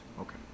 okay